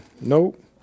Nope